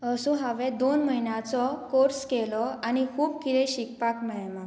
so हांवें दोन म्हयन्याचो कोर्स केलो आनी खूब कितें शिकपाक मेळ्ळें म्हाका